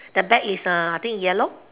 the bag is uh I think yellow